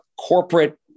corporate